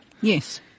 Yes